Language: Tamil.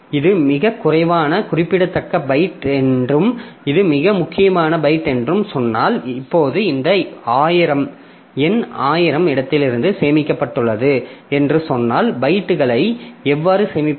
இது மிகக் குறைவான குறிப்பிடத்தக்க பைட் என்றும் இது மிக முக்கியமான பைட் என்றும் சொன்னால் இப்போது இந்த எண் 1000 இடத்திலிருந்து சேமிக்கப்பட்டுள்ளது என்று சொன்னால் பைட்டுகளை எவ்வாறு சேமிப்பது